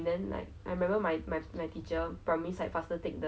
so 他就是没有看那就是很